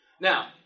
Now